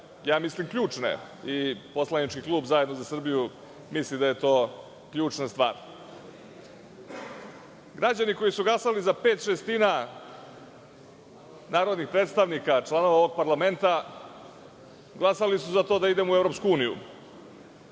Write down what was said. mislim ključne i poslanički klub ZZS misli da je to ključna stvar. Građani koji su glasali za pet šestina narodnih predstavnika, članova ovog parlamenta, glasali su za to da idemo u EU i